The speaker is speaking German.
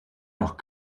noch